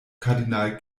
kardinal